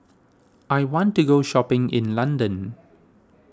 I want to go shopping in London